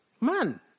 Man